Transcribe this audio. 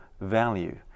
value